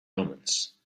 omens